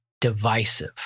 divisive